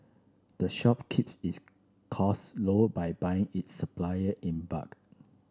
the shop keeps its costs low by buying its supplier in bulk